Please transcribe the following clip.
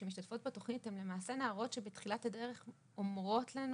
הן למעשה נערות שבתחילת הדרך אומרות לנו,